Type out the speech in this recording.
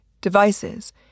devices